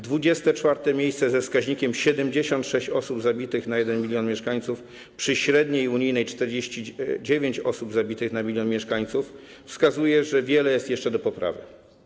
24. miejsce ze wskaźnikiem 76 osób zabitych na 1 mln mieszkańców przy średniej unijnej 49 osób zabitych na 1 mln mieszkańców wskazuje, że wiele jest jeszcze do poprawy.